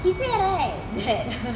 he said right that